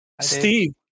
Steve